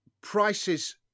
prices